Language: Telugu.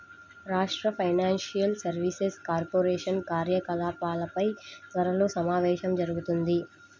రాష్ట్ర ఫైనాన్షియల్ సర్వీసెస్ కార్పొరేషన్ కార్యకలాపాలపై త్వరలో సమావేశం జరుగుతుంది